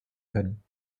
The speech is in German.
können